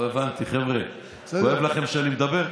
לא הבנתי, חבר'ה, כואב לכם שאני מדבר?